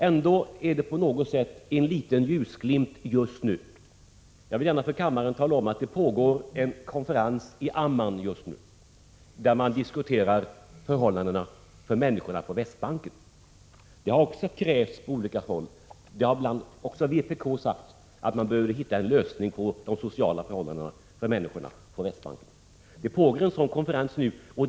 Ändå finns det på något sätt en liten ljusglimt just nu. Jag vill gärna för kammarens ledamöter tala om att det pågår en konferens i Amman, där man diskuterar förhållandena för människorna på Västbanken. Det har också krävts från olika håll, bl.a. från vpk, att man måste hitta en lösning i fråga om de sociala förhållandena för människorna på Västbanken. Det pågår alltså en konferens om detta.